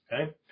Okay